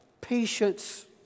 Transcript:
patience